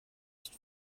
ist